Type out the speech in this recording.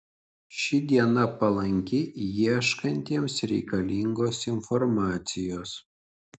ši diena palanki ieškantiems reikalingos informacijos